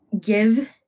give